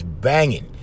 banging